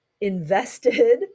invested